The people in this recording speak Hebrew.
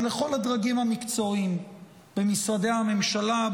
ולכל הדרגים המקצועיים במשרדי הממשלה,